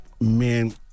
men